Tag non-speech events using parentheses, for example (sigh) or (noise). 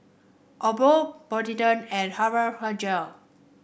Abbott Polident and (unintelligible)